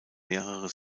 mehrere